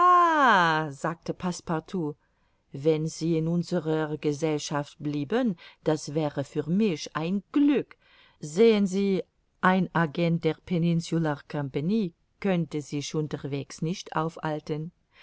sagte passepartout wenn sie in unserer gesellschaft blieben das wäre für mich ein glück sehen sie ein agent der peninsular compagnie könnte sich unterwegs nicht aufhalten